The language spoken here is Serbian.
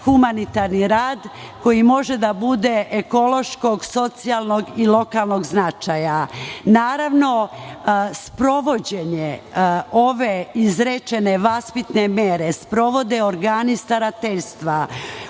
humanitarni rad koji može da bude ekološkog, socijalnog i lokalnog značaja. Naravno, sprovođenje ove izrečene vaspitne mere sprovode organi starateljstva,